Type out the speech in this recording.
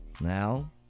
Now